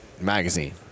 Magazine